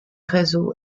réseau